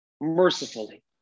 mercifully